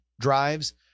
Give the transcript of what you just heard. drives